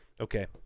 Okay